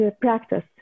practice